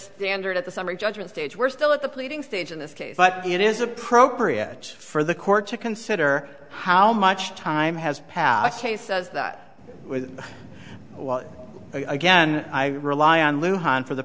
standard at the summary judgment stage we're still at the pleading stage in this case but it is appropriate for the court to consider how much time has passed a says that well again i rely on luan for the